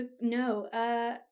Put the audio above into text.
No